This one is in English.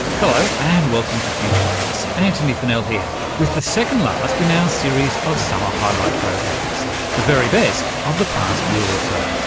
hello and welcome to future tense, antony funnell here with the second last in our series of summer highlight programmes the very best of the past year or so.